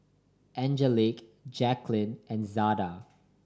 Angelic Jaclyn and Zada